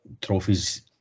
trophies